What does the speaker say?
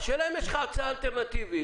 השאלה, האם יש לך הצעה אלטרנטיבית?